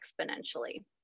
exponentially